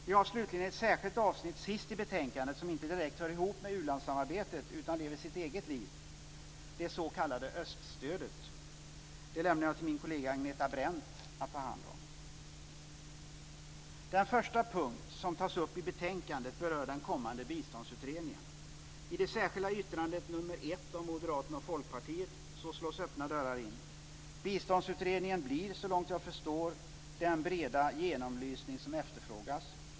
Vi har slutligen ett särskilt avsnitt sist i betänkandet som inte direkt hör ihop med u-landssamarbetet utan lever sitt eget liv, det s.k. öststödet. Det lämnar jag till min kollega Agneta Brendt att ta hand om. Den första punkt som tas upp i betänkandet berör den kommande biståndsutredningen. I det särskilda yttrandet nr 1 av Moderaterna och Folkpartiet slås öppna dörrar in. Biståndsutredningen blir såvitt jag förstår den breda genomlysning som efterfrågas.